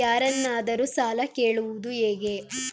ಯಾರನ್ನಾದರೂ ಸಾಲ ಕೇಳುವುದು ಹೇಗೆ?